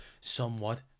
somewhat